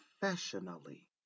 professionally